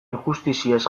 injustiziez